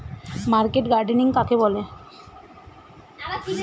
Market gardening কাকে বলে?